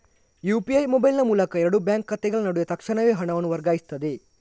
UPI ಮೊಬೈಲಿನ ಮೂಲಕ ಎರಡು ಬ್ಯಾಂಕ್ ಖಾತೆಗಳ ನಡುವೆ ತಕ್ಷಣವೇ ಹಣವನ್ನು ವರ್ಗಾಯಿಸ್ತದೆ